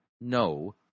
no